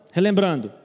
Relembrando